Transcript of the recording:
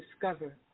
discover